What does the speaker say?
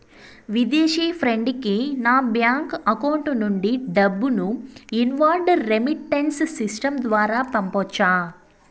విదేశీ ఫ్రెండ్ కి నా బ్యాంకు అకౌంట్ నుండి డబ్బును ఇన్వార్డ్ రెమిట్టెన్స్ సిస్టం ద్వారా పంపొచ్చా?